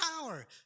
power